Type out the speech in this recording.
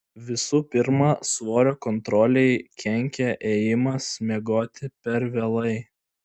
visų pirma svorio kontrolei kenkia ėjimas miegoti per vėlai